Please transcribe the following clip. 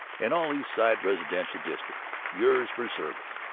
and all east side residential districts. yours for service,